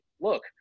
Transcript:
look